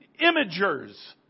imagers